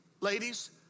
ladies